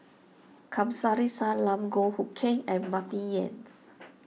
Kamsari Salam Goh Hood Keng and Martin Yan